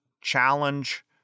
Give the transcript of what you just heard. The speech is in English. challenge